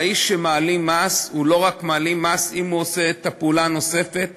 האיש שמעלים מס הוא לא רק מעלים מס אם הוא עושה את הפעולה הנוספת,